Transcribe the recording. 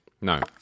No